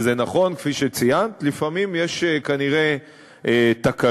זה נכון, כפי שציינת, שלפעמים יש כנראה תקלות,